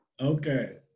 Okay